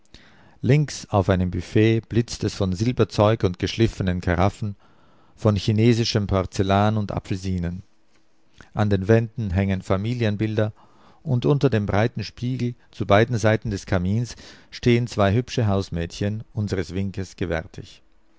links auf einem büffet blitzt es von silberzeug und geschliffenen karaffen von chinesischem porzellan und apfelsinen an den wänden hängen familienbilder und unter dem breiten spiegel zu beiden seiten des kamins stehen zwei hübsche hausmädchen unseres winkes gewärtig